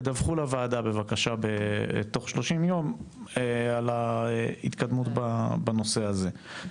תדווחו לוועדה בבקשה תוך 30 יום על ההתקדמות בנושא הזה.